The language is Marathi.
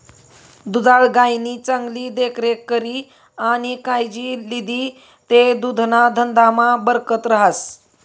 दुधाळ गायनी चांगली देखरेख करी आणि कायजी लिदी ते दुधना धंदामा बरकत रहास